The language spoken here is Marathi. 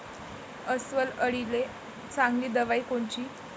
अस्वल अळीले चांगली दवाई कोनची?